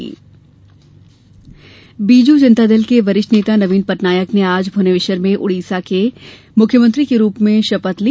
उड़ीसा शपथ बीजू जनतादल के वरिष्ठ नेता नवीन पटनायक ने आज भुवनेश्वर में उड़ीसा के मुख्यमंत्री के रूप में शपथ ली